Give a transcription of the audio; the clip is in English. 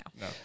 No